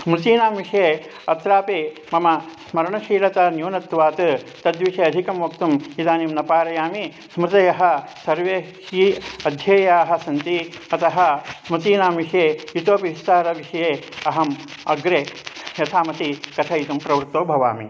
स्मृतीनां विषये अत्रापि मम स्मरणशीलता न्यूनत्वात् तद्विषये अधिकं वक्तुम् इदानीं न पारयामि स्मृतयः सर्वे ही अध्येयाः सन्ति अतः स्मृतीनां विषये इतोपि विस्तारविषये अहम् अग्रे यथामति कथयितुं प्रवृत्तो भवामि